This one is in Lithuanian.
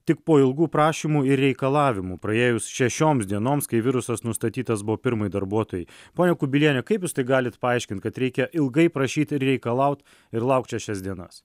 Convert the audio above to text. tik po ilgų prašymų ir reikalavimų praėjus šešioms dienoms kai virusas nustatytas pirmai darbuotojai ponia kubiliene kaip jūs tai galit paaiškinti kad reikia ilgai prašyti reikalaut ir laukt šešias dienas